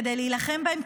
כדי להילחם בהם,